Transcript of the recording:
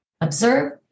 Observe